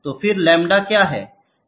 तो फिर लैम्ब्डा क्या है